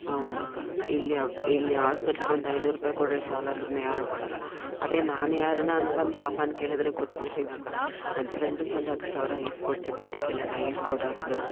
ಹೌದಕ್ಕ ಇಲ್ಲಿ ಇಲ್ಲಿ ಆಸ್ಪೆಟ್ಲ್ಗೆ ಒಂದು ಐನೂರು ರೂಪಾಯಿ ಕೊಡ್ರಿ ಸಾಲ ಅಂದ್ರೂ ಯಾರು ಕೊಡಲ್ಲ ಅದೇ ನಾನು ಯಾರಾನ ಹಂಗೆ ಬಂದು ಪಾಪ ಅಂತ ಕೇಳಿದ್ರೆ ಕೊಟ್ಬಿಡ್ತೀನಕ್ಕ ನನ್ನ ಫ್ರೆಂಡಿಗೊಂದು ಹತ್ತು ಸಾವಿರ ಈಸ್ಕೊಟ್ಟೆ ಬಡ್ಡಿಗೆ ಎಲ್ಲಾನ ಈಸ್ಕೊಡಂದ್ಲು